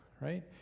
right